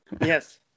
Yes